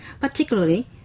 particularly